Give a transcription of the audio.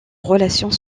relations